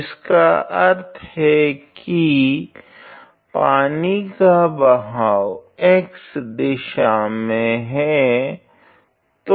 जिसका अर्थ है की पानी का बहाव x दिशा में हे